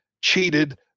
cheated